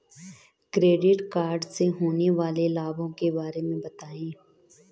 Credit card से होने वाले लाभों के बारे में बताएं?